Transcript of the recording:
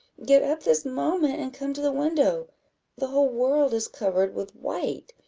get up this moment, and come to the window the whole world is covered with white!